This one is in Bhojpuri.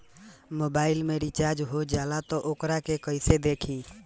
मोबाइल में रिचार्ज हो जाला त वोकरा के कइसे देखी?